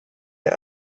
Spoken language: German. der